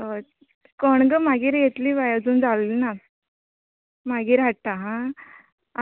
हय कणगां मागीर येतली बाये अजून जाले ना मागीर हाडटां आं